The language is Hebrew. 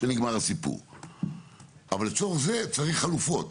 ונגמר הסיפור; אבל לצורך זה צריך חלופות.